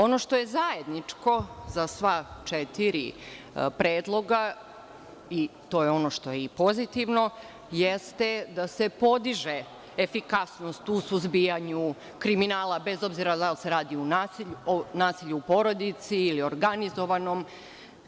Ono što je zajedničko za sva četiri predloga, i to je ono što je pozitivno, jeste da se podiže efikasnost u suzbijanju kriminala, bez obzira da li se radi o nasilju u porodici ili organizovanom